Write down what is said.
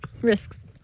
Risks